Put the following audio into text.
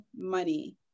money